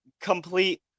complete